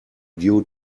due